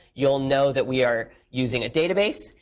you'll know that we are using a database.